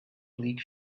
bleak